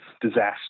disaster